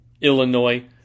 Illinois